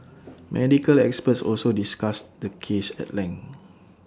medical experts also discussed the case at length